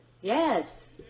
Yes